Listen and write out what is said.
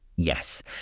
yes